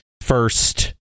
first